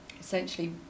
essentially